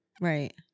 right